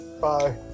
Bye